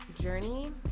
journey